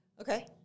Okay